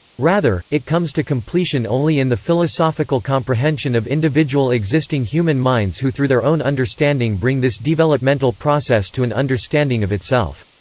rather, it comes to completion only in the philosophical comprehension of individual existing human minds who through their own understanding bring this developmental process to an understanding of itself.